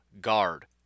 guard